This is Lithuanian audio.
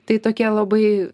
tai tokie labai